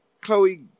Chloe